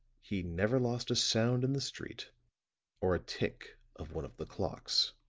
he never lost a sound in the street or a tick of one of the clocks.